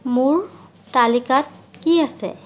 মোৰ তালিকাত কি আছে